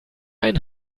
ein